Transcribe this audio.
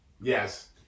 Yes